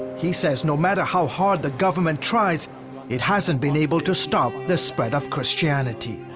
he says no matter how hard the government tries it hasn't been able to stop the spread of christianity.